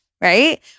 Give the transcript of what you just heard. right